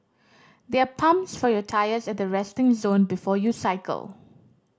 there are pumps for your tyres at the resting zone before you cycle